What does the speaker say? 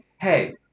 hey